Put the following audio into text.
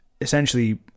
essentially